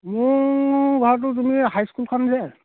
মোৰ ঘৰটো তুমি হাইস্কুলখন যে